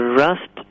rust